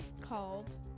called